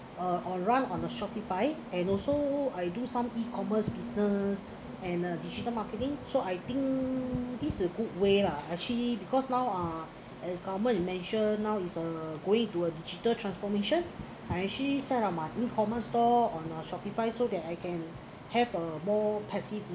uh or run on a Shopify and also I do some E-commerce business and uh digital marketing so I think this is a good way lah actually because now uh as government measure now is uh going to a digital transformation I actually set a newcomer store on a Shopify so that I can have a more passive